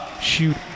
shoot